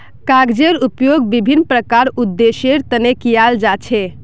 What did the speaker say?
कागजेर उपयोग विभिन्न प्रकारेर उद्देश्येर तने कियाल जा छे